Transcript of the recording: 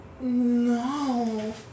No